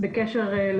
המידע על